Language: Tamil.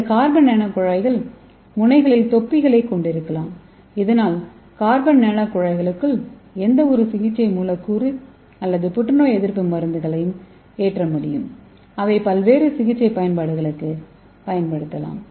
இந்த கார்பன் நானோகுழாய்கள் முனைகளில் தொப்பிகளைக் கொண்டிருக்கலாம் இதனால் கார்பன் நானோகுழாய்களுக்குள் எந்தவொரு சிகிச்சை மூலக்கூறு அல்லது புற்றுநோய் எதிர்ப்பு மருந்துகளையும் ஏற்ற முடியும் அவை பல்வேறு சிகிச்சை பயன்பாடுகளுக்கு பயன்படுத்தப்படலாம்